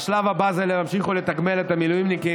והשלב הבא זה להמשיך ולתגמל את המילואימניקים,